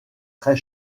très